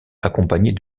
accompagnés